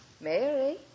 Mary